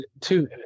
two